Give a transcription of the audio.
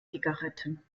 zigaretten